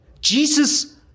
Jesus